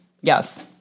Yes